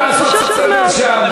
נא לעשות סדר שם.